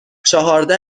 چهارده